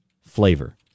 flavor